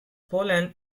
poland